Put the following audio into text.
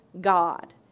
God